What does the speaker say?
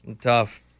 Tough